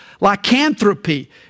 Lycanthropy